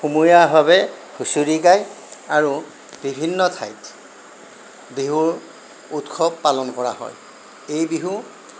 সমূহীয়াভাৱে হুঁচৰি গায় আৰু বিভিন্ন ঠাইত বিহুৰ উৎসৱ পালন কৰা হয় এই বিহু